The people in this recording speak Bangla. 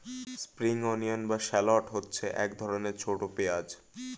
স্প্রিং অনিয়ন বা শ্যালট হচ্ছে এক ধরনের ছোট পেঁয়াজ